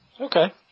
Okay